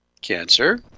cancer